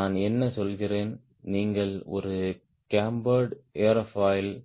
நான் என்ன சொல்கிறேன் நீங்கள் ஒரு கேம்பர்டு ஏரோஃபாயிலைப்